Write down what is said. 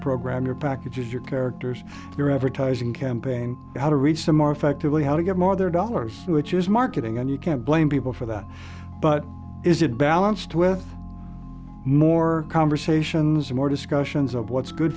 program your packages your characters your advertising campaign how to reach them more effectively how to get more their dollars which is marketing and you can't blame people for that but is it balanced with more conversations more discussions of what's good